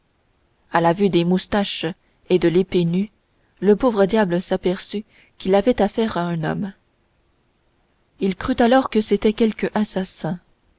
à la vue de ses moustaches et de son épée nue le pauvre diable s'aperçut qu'il avait affaire à un homme il crut alors que c'était quelque assassin